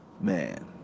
Man